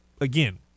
again